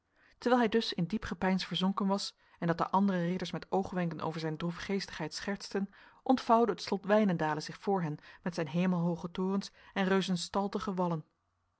terwijl hij dus in diep gepeins verzonken was en dat de andere ridders met oogwenken over zijn droefgeestigheid schertsten ontvouwde het slot wijnendale zich voor hen met zijn hemelhoge torens en